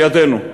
בידינו,